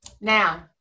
Now